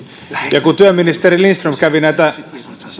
ja kun työministeri lindström kävi näitä